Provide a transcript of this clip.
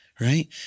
right